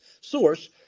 source